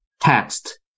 text